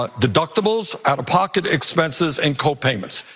ah deductibles out of pocket expenses and co-payments.